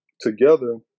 together